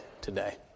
today